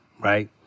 right